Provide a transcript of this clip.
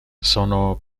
sono